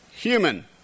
human